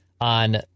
On